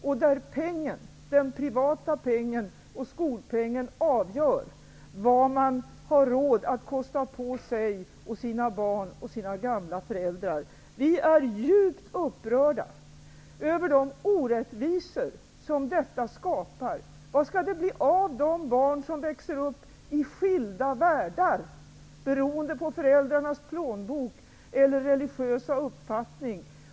Där är det den privata pengen och skolpengen som avgör vad man har råd att kosta på sig, sina barn och sina gamla föräldrar. Vi är djupt upprörda över de orättvisor som detta skapar. Vad skall det bli av de barn som växer upp i skilda världar, beroende på föräldrarnas plånbok eller religiösa uppfattning?